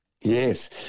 Yes